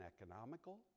economical